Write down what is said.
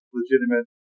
legitimate